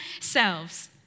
selves